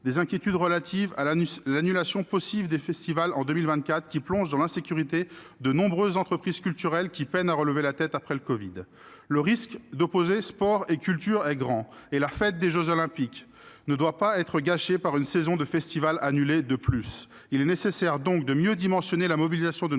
des inquiétudes relatives à l'annulation possible des festivals en 2024, qui plonge dans l'insécurité de nombreuses entreprises culturelles, peinant déjà à relever la tête après la pandémie de covid-19. Le risque d'opposer sport et culture est grand. La fête des jeux Olympiques et Paralympiques ne doit pas être gâchée par une saison de festivals annulée de plus. Il est donc nécessaire de mieux dimensionner la mobilisation de nos